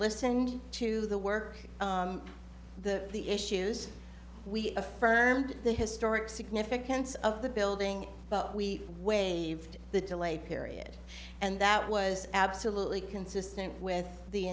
listened to the work the the issues we affirmed the historic significance of the building but we waived the delay period and that was absolutely consistent with the